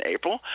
April